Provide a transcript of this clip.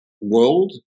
world